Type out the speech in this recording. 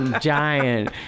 giant